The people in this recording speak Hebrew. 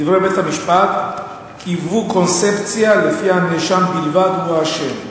לדברי בית-המשפט: "קיבעו קונספציה שלפיה הנאשם בלבד הוא האשם".